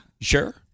sure